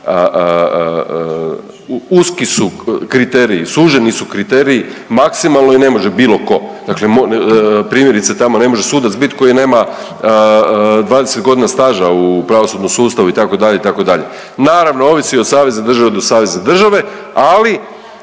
uski su kriteriji, suženi su kriteriji maksimalno i ne može bilo tko, dakle primjerice, tamo ne može sudac bit tko nema 20 godina staža u pravosudnom sustavu, itd., itd. Naravno ovisi od savezne države do savezne države, ali